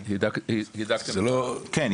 כן,